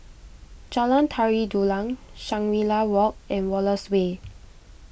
Jalan Tari Dulang Shangri La Walk and Wallace Way